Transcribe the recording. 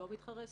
לא מתחרה,